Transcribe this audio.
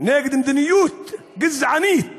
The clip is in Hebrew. נגד מדיניות גזענית